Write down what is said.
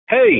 Hey